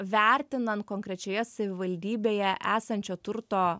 vertinant konkrečioje savivaldybėje esančio turto